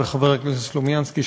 וחבר הכנסת סלומינסקי,